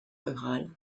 rurales